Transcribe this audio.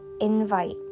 invite